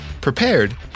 prepared